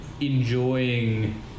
enjoying